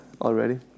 already